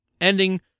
ending